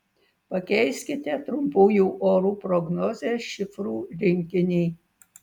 pakeiskite trumpųjų orų prognozės šifrų rinkinį